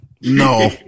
No